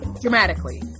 Dramatically